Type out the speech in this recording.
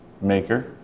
maker